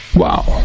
Wow